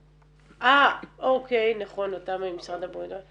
אה, אוקיי, נכון, אתה ממשרד הבריאות.